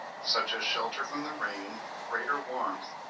such as shelter from the rain, greater warmth,